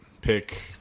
pick